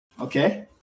okay